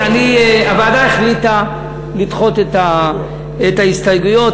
הוועדה החליטה לדחות את ההסתייגויות.